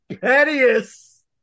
pettiest